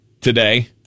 today